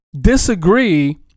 disagree